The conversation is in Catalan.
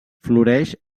floreix